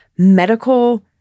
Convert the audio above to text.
medical